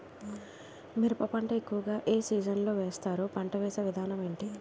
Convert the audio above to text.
మిరప పంట ఎక్కువుగా ఏ సీజన్ లో వేస్తారు? పంట వేసే విధానం ఎంటి?